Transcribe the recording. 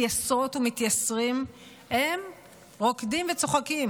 מתייסרות ומתייסרים הם רוקדים וצוחקים,